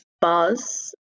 buzz